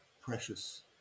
Precious